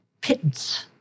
pittance